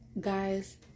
Guys